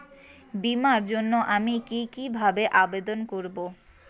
বিমার জন্য আমি কি কিভাবে আবেদন করব?